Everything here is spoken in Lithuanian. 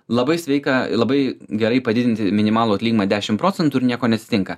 labai sveika labai gerai padidinti minimalų atlyginimą dešimt procentų ir nieko neatsitinka